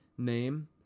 name